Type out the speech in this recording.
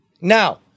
Now